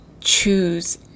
choose